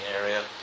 area